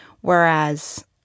whereas